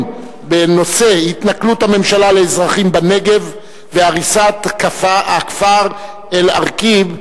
בנושא: התנכלות הממשלה לאזרחים בנגב והריסת הכפר אל-עראקיב.